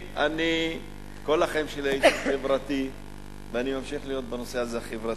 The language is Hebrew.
אני כל החיים שלי הייתי חברתי ואני ממשיך להיות בנושא הזה חברתי.